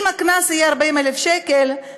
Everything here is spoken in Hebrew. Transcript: אם הקנס יהיה 40,000 שקלים,